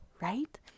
right